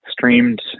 Streamed